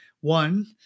One